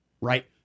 right